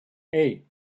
hey